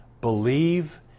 believe